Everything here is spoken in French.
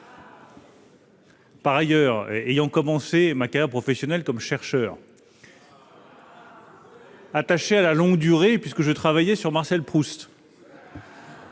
Par ailleurs, ayant moi-même commencé ma carrière professionnelle comme chercheur, attaché à la longue durée puisque je travaillais sur Marcel Proust,